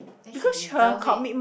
then she deserves it